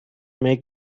make